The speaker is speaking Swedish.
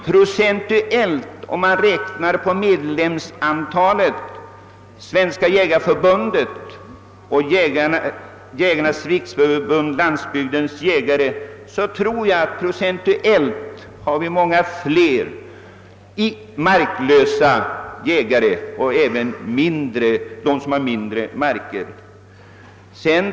Procentuellt av respektive medlemmars antal tror jag att Jägarnas riksförbund Landsbygdens jägare har många flera marklösa jägare och små markägare än vad Svenska jägareförbundet har.